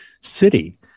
city